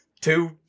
two